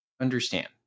understand